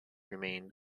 remain